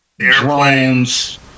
airplanes